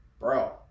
Bro